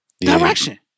direction